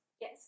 Yes